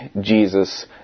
Jesus